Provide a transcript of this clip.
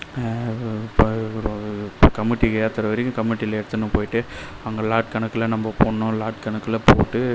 இப்போ ஒரு இப்போ கமுட்டிக்கு ஏற்றுற வரைக்கும் கமுட்டியில எடுத்துன்னு போயிவிட்டு அங்கே லாட் கணக்கில் நம்ப போடணும் லாட் கணக்கில் போட்டு